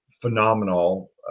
phenomenal